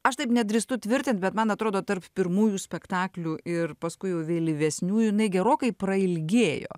aš taip nedrįstu tvirtint bet man atrodo tarp pirmųjų spektaklių ir paskui jau vėlyvesniųjų jinai gerokai prailgėjo